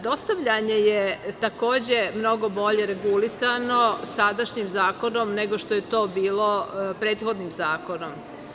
Dostavljanje, je takođe mnogo bolje regulisano sadašnjim zakonom nego što je to bilo prethodnim zakonom.